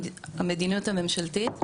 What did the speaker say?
המדיניות הממשלתית.